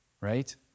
right